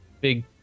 big